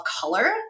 color